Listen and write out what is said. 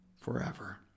forever